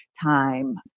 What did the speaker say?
time